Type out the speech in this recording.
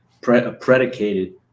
predicated